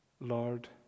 Lord